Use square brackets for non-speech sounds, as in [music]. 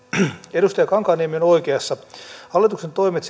edustaja kankaanniemi on oikeassa hallituksen toimet [unintelligible]